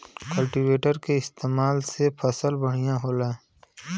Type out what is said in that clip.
cultivator के इस्तेमाल से फसल बढ़िया होला